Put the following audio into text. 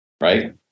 right